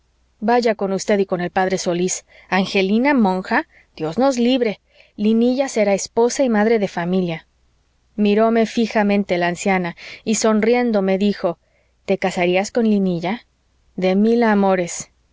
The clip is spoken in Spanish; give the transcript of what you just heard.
vaya con usted y con el p solís angelina monja dios nos libre linilla será esposa y madre de familia miróme fijamente la anciana y sonriendo me dijo te casarías con linilla de mil amores